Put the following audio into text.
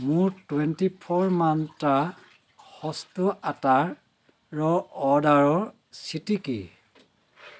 মোৰ twenty four Mantra সস্তু আটাৰ ৰ অৰ্ডাৰৰ স্থিতি কি